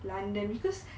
london because